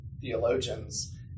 theologians